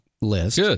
list